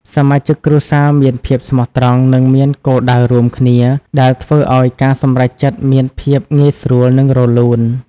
សមាជិកគ្រួសារមានភាពស្មោះត្រង់នឹងមានគោលដៅរួមគ្នា ដែលធ្វើឱ្យការសម្រេចចិត្តមានភាពងាយស្រួល និងរលូន។